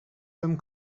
some